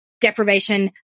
deprivation